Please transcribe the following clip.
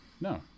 No